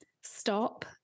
stop